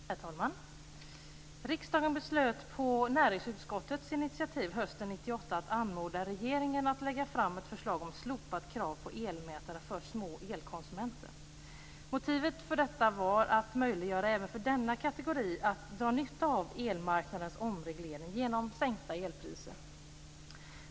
Herr talman! Riksdagen beslutade på näringsutskottets initiativ hösten 1998 att anmoda regeringen att lägga fram ett förslag om slopat krav på elmätare för små elkonsumenter. Motivet för detta var att möjliggöra även för denna kategori att dra nytta av elmarknadens omreglering genom sänkta elpriser.